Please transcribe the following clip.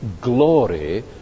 glory